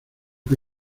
que